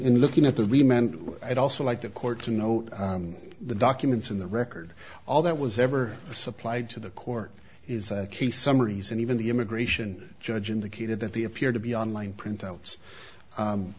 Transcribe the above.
in looking at the remained what i'd also like the court to know the documents in the record all that was ever supplied to the court is key summaries and even the immigration judge indicated that the appear to be on line printouts